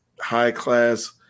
high-class